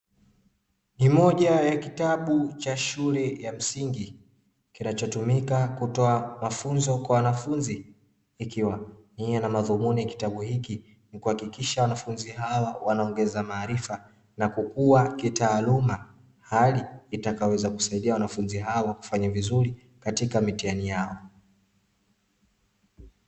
Ni moja ya kitabu cha shule ya msingi, kinachotumika kutoa mafunzo kwa wanafunzi ikiwa nia na madhumuni ya kitabu hiki ni kuhakikisha wanafunzi hawa wanaongeza maarifa na kukua kitaaluma, hali itakayoweza kusaidia wanafunzi hawa kufanya vizuri katika mitihani yao.